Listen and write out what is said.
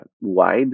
wide